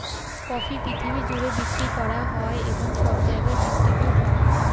coffee পৃথিবী জুড়ে বিক্রি করা হয় এবং সব জায়গায় ডিস্ট্রিবিউট হয়